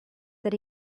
that